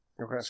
Okay